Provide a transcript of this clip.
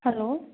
hello